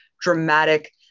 dramatic